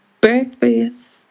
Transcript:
breakfast